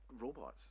robots